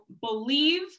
believe